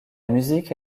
musique